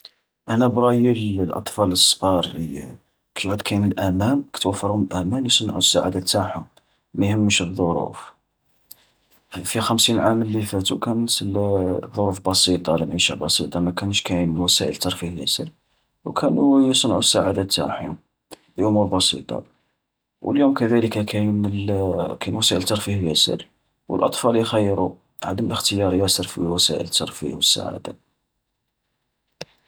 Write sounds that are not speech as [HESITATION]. أنا برايي [HESITATION] الأطفال الصقار اللي [HESITATION] كي يعود كاين الأمان كي توفرلهم الأمان، يصنعو السعادة تاعهم، ما يهمش الظروف. في الخمسين عام اللي فاتو كانت [HESITATION] الظروف بسيطة المعيشة بسيطة ماكانش كاين وسائل الترفيه ياسر، وكانوا يصنعو السعادة تاعهم بأمور بسيطة. واليوم كذلك كاين [HESITATION] كاين وسائل الترفيه ياسر، والأطفال يخيروا عدهم الاختيار ياسر في الوسائل الترفيه والسعادة.